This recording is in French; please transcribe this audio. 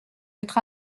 être